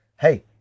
hey